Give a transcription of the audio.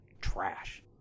trash